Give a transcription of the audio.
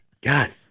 God